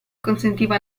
consentiva